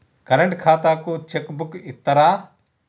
Current ఖాతాకు cheque book ఇత్తరా?